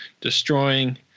destroying